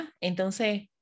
Entonces